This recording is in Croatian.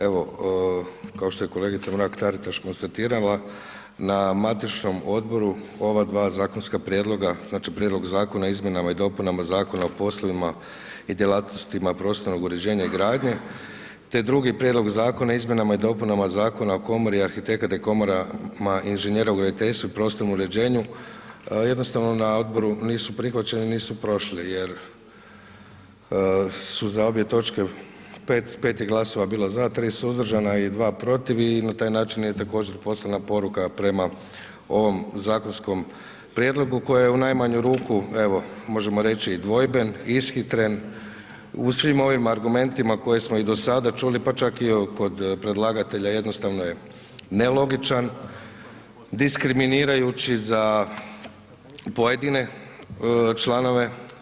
Evo kao što je kolegica Mrak Taritaš konstatirala, na matičnom odboru ova dva zakonska prijedloga, znači Prijedlog zakona o izmjenama i dopunama Zakona o poslovima i djelatnostima prostornog uređenja i gradnje te duri Prijedlog zakona o izmjenama i dopunama Zakona o komori arhitekata i komorama inženjera u graditeljstvu i prostornom uređenju jednostavno na odboru nisu prihvaćeni i nisu prošli jer su za obje toče, 5, 5 je glasova bilo za, 3 suzdržana i 2 protiv i na taj način je također poslana poruka prema ovom zakonskom prijedlogu koji je u najmanju ruku evo možemo reći i dvojben, ishitren u svim ovim argumentima koje smo i do sada čuli pa čak i kod predlagatelja jednostavno je nelogičan, diskriminirajući za pojedine članove.